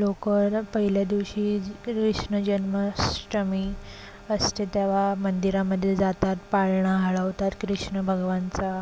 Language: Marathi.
लोकं तर पहिल्या दिवशी कृष्ण जन्माष्टमी असते तेव्हा मंदिरामध्ये जातात पाळणा हलवतात कृष्ण भगवानचा